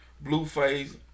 Blueface